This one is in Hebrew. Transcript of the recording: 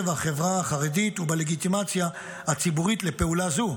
החברה החרדית ובלגיטימציה הציבורית לפעולה זו.